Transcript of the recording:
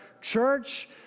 Church